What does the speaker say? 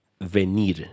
venir